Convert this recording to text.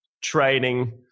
training